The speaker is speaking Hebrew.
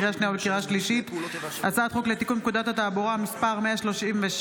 לקריאה שנייה ולקריאה שלישית: הצעת חוק לתיקון פקודת התעבורה (מס' 136),